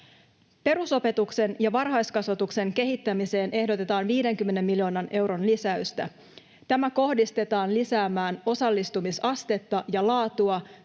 Perusopetuksen ja varhaiskasvatuksen kehittämiseen ehdotetaan 50 miljoonan euron lisäystä. Tämä kohdistetaan lisäämään osallistumisastetta ja laatua